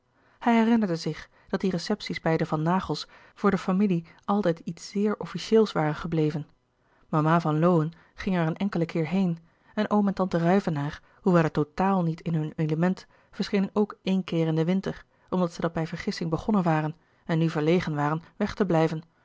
hij herinnerde zich dat die recepties bij de van naghels voor de familie altijd iets zeer officieels waren gebleven mama van lowe ging er een enkelen keer heen en oom en tante ruyvenaer hoewel er totaal niet in hun element verschenen ook éen keer in den winter omdat zij dat bij vergissing begonnen waren en nu verlegen waren weg te blijven